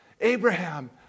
Abraham